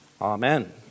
Amen